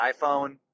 iPhone